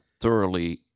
thoroughly